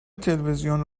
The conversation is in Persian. تلویزیون